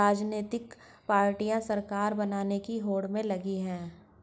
राजनीतिक पार्टियां सरकार बनाने की होड़ में लगी हैं